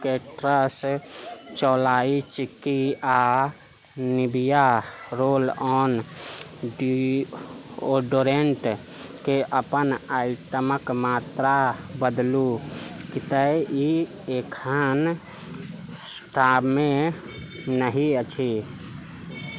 केट्र्स चौलाइ चिक्की आ निविया रोल ऑन डिओडोरेन्ट के अपन आइटमक मात्रा बदलू की तय ई एखन स्टामे नहि अछि